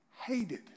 Hated